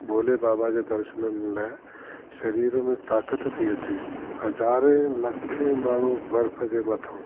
भोले बाबा जे दर्शननि लाइ शरीर में ताकत थी अचे हज़ारे लखे माण्हू बर्फ जे मथो